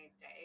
day